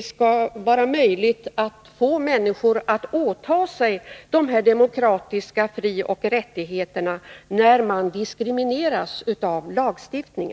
skall vara möjligt att få människor att åta sig uppgifter i enlighet med de demokratiska frioch rättigheterna, när de diskrimineras av lagstiftningen?